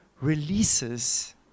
releases